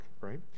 right